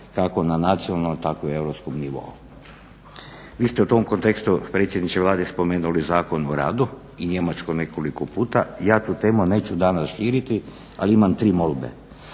kako na nacionalnom tako i europskom nivou. Vi ste u tom kontekstu predsjedniče Vlade spomenuli Zakon o radu i Njemačku nekoliko puta. Ja tu temu neću danas širiti, ali imam tri molbe.